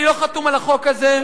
אני לא חתום על החוק הזה.